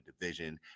division